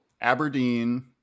aberdeen